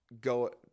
go